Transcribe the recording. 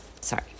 Sorry